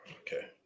Okay